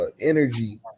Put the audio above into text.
energy